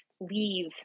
leave